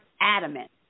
adamant